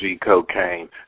Cocaine